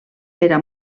era